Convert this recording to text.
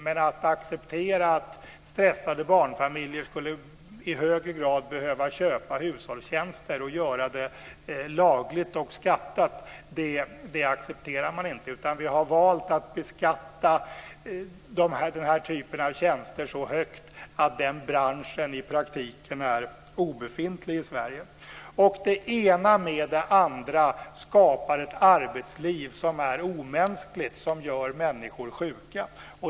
Men att acceptera att stressade barnfamiljer i högre grad skulle behöva köpa hushållstjänster och göra det lagligt och skattat, det accepterar man inte, utan vi har valt att beskatta den här typen av tjänster så högt att den branschen i praktiken är obefintlig i Sverige. Det ena med det andra skapar ett arbetsliv som är omänskligt och som gör människor sjuka.